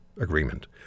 Agreement